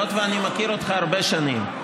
היות שאני מכיר אותך הרבה שנים,